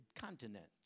continents